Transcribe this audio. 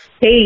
hey